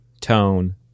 Tone